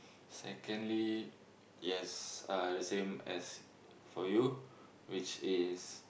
secondly yes uh the same as for you which is